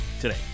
today